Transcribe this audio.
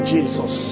Jesus